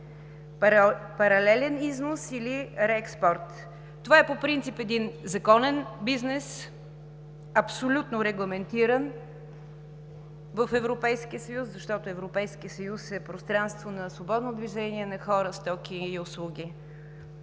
„паралелен износ“ или „реекспорт“. Това е по принцип един законен бизнес, абсолютно регламентиран в Европейския съюз, защото Европейският съюз е пространство на свободно движение на хора, стоки и услуги.